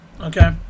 Okay